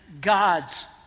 God's